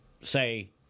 say